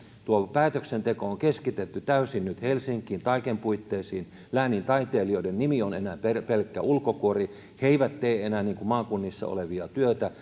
päätöksenteko on keskitetty täysin nyt helsinkiin taiken puitteisiin läänintaiteilijoiden nimi on enää pelkkä ulkokuori he eivät tee enää maakunnissa olevaa työtä